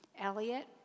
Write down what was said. Elliot